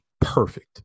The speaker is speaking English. Perfect